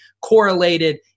correlated